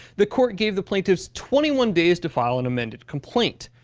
the court gave the plaintiff's twenty one days to file an amended complaint.